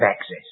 access